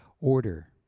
order